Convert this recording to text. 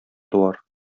туар